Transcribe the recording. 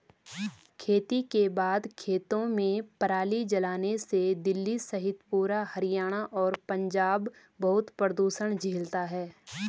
खेती के बाद खेतों में पराली जलाने से दिल्ली सहित पूरा हरियाणा और पंजाब बहुत प्रदूषण झेलता है